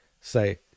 say